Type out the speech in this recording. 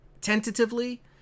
tentatively